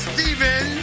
Steven